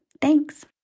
Thanks